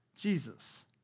Jesus